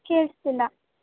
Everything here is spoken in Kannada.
ಕೇಳ್ಸ್ತಿಲ್ಲಾ